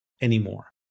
anymore